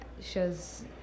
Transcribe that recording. shows